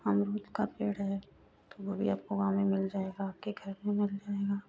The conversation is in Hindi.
आम का पेड़ है तो वो भी आपको गाँव में मिल जाएगा आपके घर में मिल जाएगा